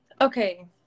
Okay